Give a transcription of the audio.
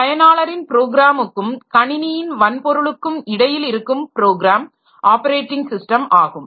பயனாளரின் ப்ரோக்ராமுக்கும் கணினியின் வன்பொருளுக்கும் இடையில் இருக்கும் ப்ரோக்ராம் ஆப்பரேட்டிங் ஸிஸ்டம் ஆகும்